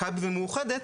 מכבי ומאוחדת,